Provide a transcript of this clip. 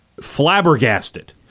flabbergasted